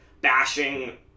bashing